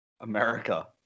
America